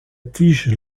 tige